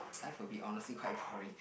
life a bit honestly quite boring